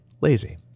lazy